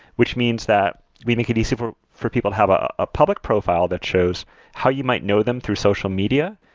which means that we make it easy for for people to have a ah public profile that shows how you might know them through social media,